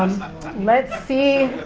let's see,